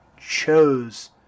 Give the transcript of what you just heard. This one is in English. chose